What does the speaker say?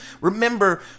Remember